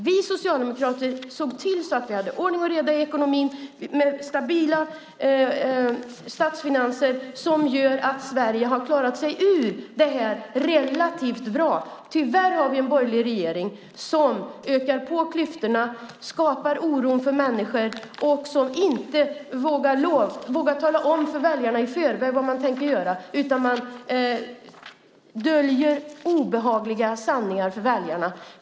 Vi socialdemokrater såg till att ha ordning och reda i ekonomin med stabila statsfinanser som gör att Sverige har klarat sig ur det här relativt bra. Tyvärr har vi en borgerlig regering som ökar på klyftorna, skapar oro för människor och som inte vågar tala om för väljarna i förväg vad man tänker göra utan döljer obehagliga sanningar för dem.